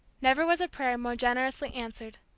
never was a prayer more generously answered.